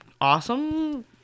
awesome